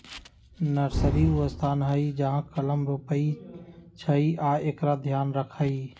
nursery उ स्थान हइ जहा कलम रोपइ छइ आ एकर ध्यान रखहइ